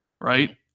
right